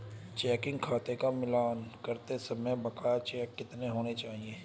Checking खाते का मिलान करते समय बकाया चेक कितने होने चाहिए?